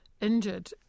injured